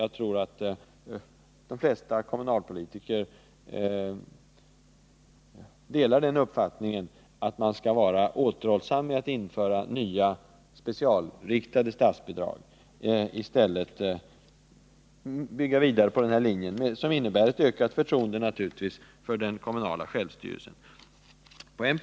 Jag tror att de flesta kommunalpolitiker delar uppfattningen, att man skall vara återhållsam med att införa nya specialriktade statsbidrag och i stället bygga vidare på den här linjen, som naturligtvis innebär ett ökat förtroende för den kommunala självstyrelsen.